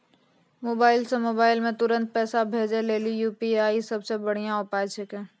mobile से mobile मे तुरन्त पैसा भेजे लेली यू.पी.आई सबसे बढ़िया उपाय छिकै